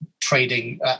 trading